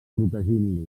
protegint